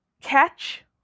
catch